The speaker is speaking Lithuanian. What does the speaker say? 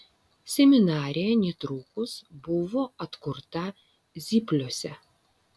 seminarija netrukus buvo atkurta zypliuose